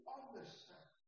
understand